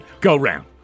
go-round